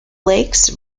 lakes